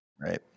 right